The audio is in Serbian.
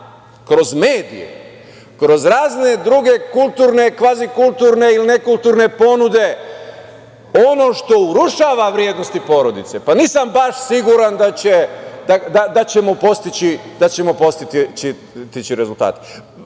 kroz medije, kroz razne druge kulturne, kvazi kulturne ili nekulturne ponuda ono što urušava vrednosti porodice, pa nisam baš siguran da ćemo postići rezultate. Ukoliko